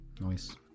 Nice